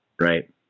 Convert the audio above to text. Right